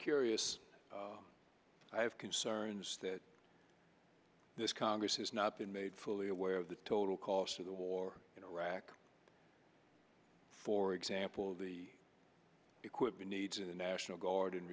curious i have concerns that this congress has not been made fully aware of the total cost of the war in iraq for example the equipment needs in the national guard and